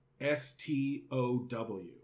S-T-O-W